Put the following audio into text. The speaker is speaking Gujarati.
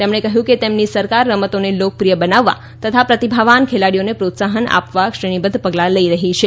તેમણે કહ્યું કે તેમની સરકાર રમતોને લોકપ્રિય બનાવવા તથા પ્રતિભાવાન ખેલાડીઓને પ્રોત્સાહન આપવા શ્રેણીબધ્ધ પગલા લઇ રહી છે